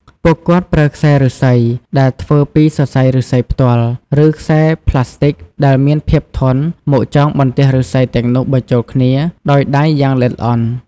ពួកគាត់ប្រើខ្សែឫស្សី ដែលធ្វើពីសរសៃឫស្សីផ្ទាល់ ឬខ្សែប្លាស្ទិកដែលមានភាពធន់មកចងបន្ទះឫស្សីទាំងនោះបញ្ចូលគ្នាដោយដៃយ៉ាងល្អិតល្អន់។